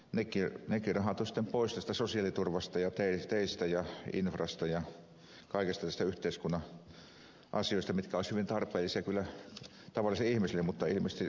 nekin rahat ovat sitten pois sosiaaliturvasta ja teistä ja infrasta kaikista näistä yhteiskunnan asioista jotka olisivat hyvin tarpeellisia kyllä tavalliselle ihmiselle mutta ilmeisesti siellä ei paljon vastuuta tunneta